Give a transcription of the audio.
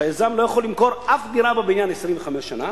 היזם לא יכול למכור אף דירה בבניין ל-25 שנה